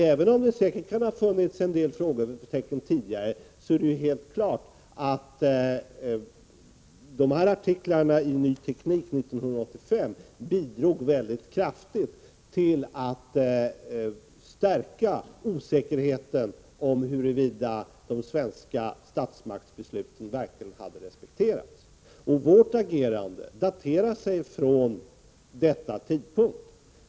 Även om det säkert kan ha funnits en del frågetecken tidigare, är det ju helt klart att dessa artiklar i Ny Teknik 1985 mycket kraftigt bidragit till att öka osäkerheten om huruvida de svenska statsmakternas beslut verkligen hade respekterats. Och vårt agerande daterar sig från denna tidpunkt.